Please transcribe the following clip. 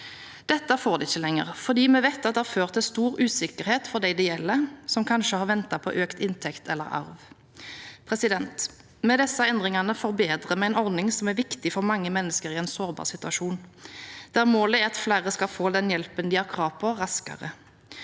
Dette får de ikke lenger, for vi vet at det har ført til stor usikkerhet for dem det gjelder, som kanskje har ventet på økt inntekt eller arv. Med disse endringene forbedrer vi en ordning som er viktig for mange mennesker i en sårbar situasjon, der målet er at flere skal få den hjelpen de har krav på, raskere,